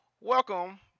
Welcome